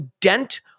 dent